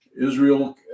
Israel